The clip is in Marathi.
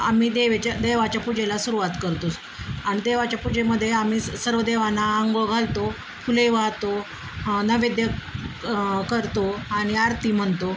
आम्ही देवाच्या देवाच्या पूजेला सुरुवात करतो आणि देवाच्या पूजेमध्ये आम्ही स सर्व देवांना आंघोळ घालतो फुले वाहतो नैवेद्य करतो आणि आरती म्हणतो